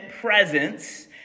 presence